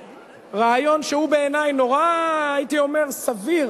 לרעיון שהוא בעיני, הייתי אומר, נורא סביר,